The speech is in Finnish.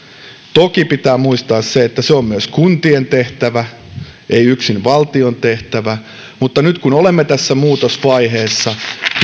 toki pitää muistaa se että se on myös kuntien tehtävä ei yksin valtion tehtävä mutta nyt kun olemme tässä muutosvaiheessa